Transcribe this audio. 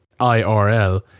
IRL